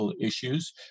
issues